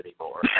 anymore